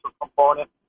component